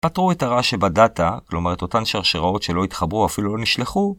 פתרו את הרע שבדאטה, כלומר את אותן שרשראות שלא התחברו, ואפילו לא נשלחו